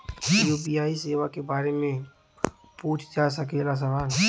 UPI सेवा के बारे में पूछ जा सकेला सवाल?